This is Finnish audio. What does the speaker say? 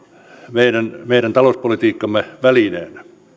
meidän meidän talouspolitiikkamme välineenä